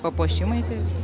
papuošimai tie visi